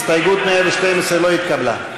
הסתייגות מס' 112 לא התקבלה.